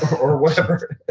or whatever.